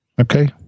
Okay